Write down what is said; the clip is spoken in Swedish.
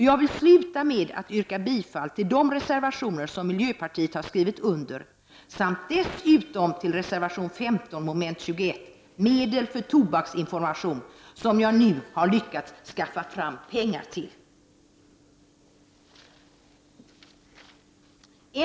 Jag vill sluta med att yrka bifall till de reservationer som miljöpartiet skrivit under samt reservation 15, mom. 21 Medel för tobaksinformation, som jag nu lyckats skaffa fram pengar till.